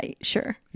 sure